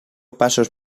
pasos